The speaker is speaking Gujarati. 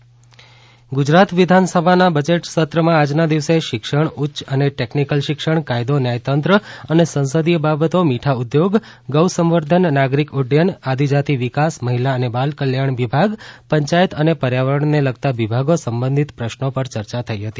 વિધાનસભા બજેટ સત્ર ગુજરાત વિધાનસભાના બજેટ સત્રમાં આજના દિવસે શિક્ષણ ઉચ્ય અને ટેક્નિકલ શિક્ષણ કાયદો ન્યાયયંત્ર અને સંસદીય બાબતો મીઠા ઉદ્યોગ ગૌ સવનર્ધન નાગરિક ઉડયન આદિજાતિ વિકાસ મહિલા અને બાલ કલ્યાણ વિભાગ પંચાયત અને પર્યાવરણને લગતા વિભાગો સંબંધિત પ્રશ્નો પર ચર્ચા થઈ હતી